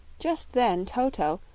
just then toto,